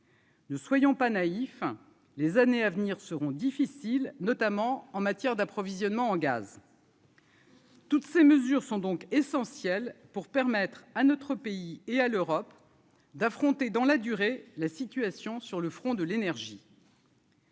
Ne soyons pas naïfs, les années à venir seront difficiles, notamment en matière d'approvisionnement en gaz. Toutes ces mesures sont donc essentielles pour permettre à notre pays et à l'Europe d'affronter dans la durée, la situation sur le front de l'énergie.